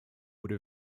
would